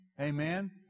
amen